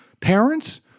parents